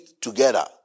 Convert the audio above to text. together